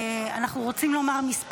אנחנו רוצים לומר כמה מילים.